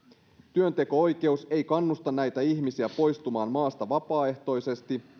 työnteko oikeus ei kannusta näitä ihmisiä poistumaan maasta vapaaehtoisesti